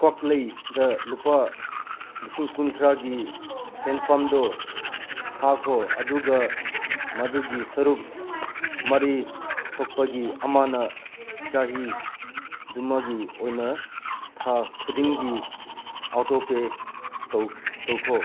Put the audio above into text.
ꯀ꯭ꯋꯥꯛꯂꯩꯗ ꯂꯨꯄꯥ ꯂꯤꯁꯤꯡ ꯀꯨꯟꯊ꯭ꯔꯥꯒꯤ ꯁꯦꯟꯐꯝꯗꯣ ꯊꯥꯈꯣ ꯑꯗꯨꯒ ꯃꯗꯨꯒꯤ ꯁꯔꯨꯛ ꯃꯔꯤ ꯊꯣꯛꯄꯒꯤ ꯑꯃꯅ ꯆꯍꯤ ꯗꯨꯃꯒꯤ ꯑꯣꯏꯅ ꯊꯥ ꯈꯨꯗꯤꯡꯒꯤ ꯑꯧꯇꯣꯄꯦ ꯇꯧꯈꯣ